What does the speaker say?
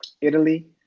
Italy